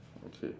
okay